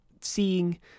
seeing